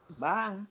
bye